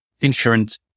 insurance